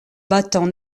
battant